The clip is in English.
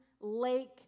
lake